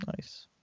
Nice